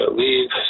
leave